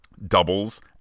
doubles